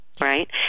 right